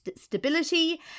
stability